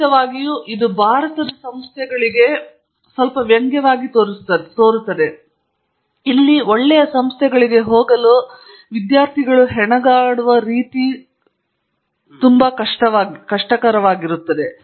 ಖಂಡಿತವಾಗಿಯೂ ಇದು ಭಾರತದಲ್ಲಿ ಸಂಸ್ಥೆಗಳಿಗೆ ಒಳ್ಳೆಯ ಸಂಸ್ಥೆಗಳಿಗೆ ಹೋಗಲು ಹೆಣಗಾಡುವ ರೀತಿಯಲ್ಲಿ ಸ್ವಲ್ಪ ವ್ಯಂಗ್ಯವಾಗಿ ತೋರುತ್ತದೆ